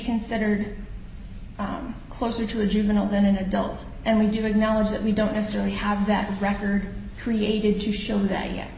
considered closer to a juvenile than an adult and we do acknowledge that we don't necessarily have that record created to show that ye